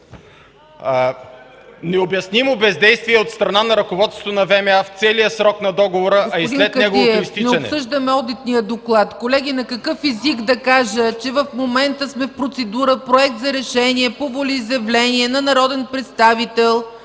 Необяснимо бездействие от страна на ръководството на ВМА в целия срок на договора, а и след неговото изтичане.” ПРЕДСЕДАТЕЛ ЦЕЦКА ЦАЧЕВА: Господин Кадиев, не обсъждаме одитния доклад. Колеги, на какъв език да кажа, че в момента сме в процедура – Проект за решение по волеизявление на народен представител